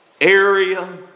area